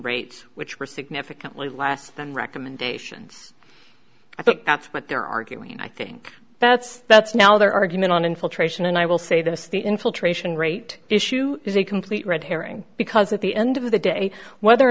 rates which were significantly less than recommendations i think that's what they're arguing and i think that's that's now their argument on infiltration and i will say this the infiltration rate issue is a complete red herring because at the end of the day whether or